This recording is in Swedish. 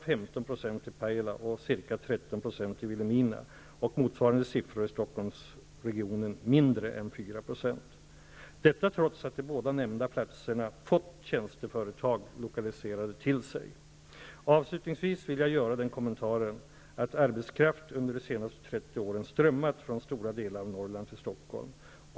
15 % i Pajala, ca 13 % i Vilhelmina och motsvarande siffror i Stockholmsregionen mindre än 4 %-- detta trots att de båda nämnda platserna fått tjänsteföretag lokaliserade till sig. Avslutningsvis vill jag göra den kommentaren att arbetskraft under de senaste 30 åren strömmat från stora delar av Norrland till Stockholm.